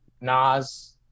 Nas